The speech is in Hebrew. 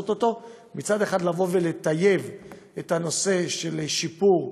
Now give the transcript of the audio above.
לעשות: מצד אחד לטייב את הנושא של שיפור,